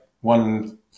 one –